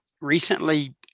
recently